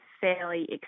fairly